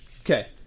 Okay